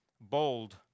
Bold